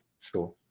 sure